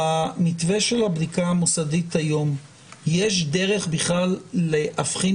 במתווה של הבדיקה המוסדית היום יש דרך להבחין